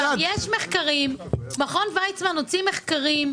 מכון וייצמן הוציא מחקרים.